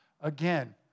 Again